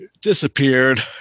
disappeared